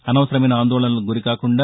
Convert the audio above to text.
అనవసరమైన ఆందోళనకు గురికాకుండా